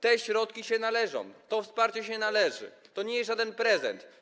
Te środki się należą, to wsparcie się należy, to nie jest żaden prezent.